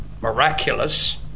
miraculous